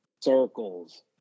circles